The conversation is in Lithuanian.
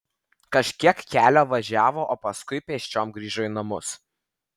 kažkiek kelio važiavo o paskui pėsčiom grįžo į namus